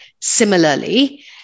Similarly